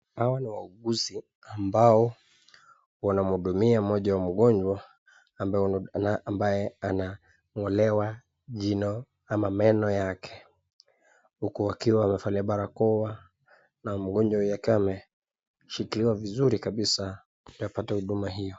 Hawa ni wauguzi ambao wanamwudumia mmoja wa mgonjwa ambaye anangolewa jino ama meno yake huku wakiwa wavalia barakoa na mgonjwa yake ameshikiwa vizuri kabisa kupata huduma hiyo.